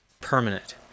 permanent